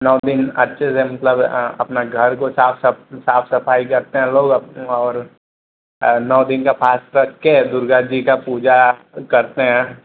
नौ दिन अच्छे से मतलब अपना घर को साफ सप साफ सफाई करते हैं लोग और नौ दिन का फास्ट रख कर दुर्गा जी का पूजा करते हैं